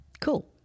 cool